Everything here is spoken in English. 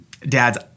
Dads